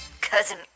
Cousin